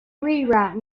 rewrite